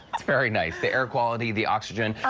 it's very nice. the air quality, the oxygen.